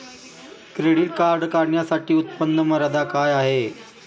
Credit card काढण्यासाठी उत्पन्न मर्यादा काय आहे?